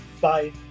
Bye